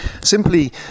simply